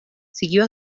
siguió